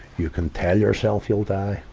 you can tell yourself you'll die.